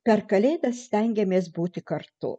per kalėdas stengiamės būti kartu